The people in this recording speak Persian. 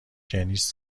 جنیس